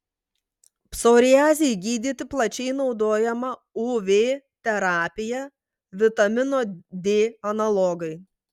psoriazei gydyti plačiai naudojama uv terapija vitamino d analogai